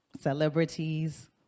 celebrities